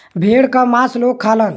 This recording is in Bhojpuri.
भेड़ क मांस लोग खालन